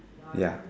ya